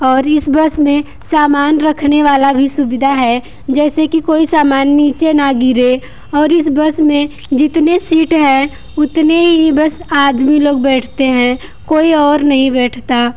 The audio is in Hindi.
और इस बस में सामान रखने वाला भी सुविधा है जैसे कि कोई सामान नीचे न गिरे और इस बस में जितने सीट है उतने ही बस आदमी लोग बैठते हैं कोई और नहीं बैठता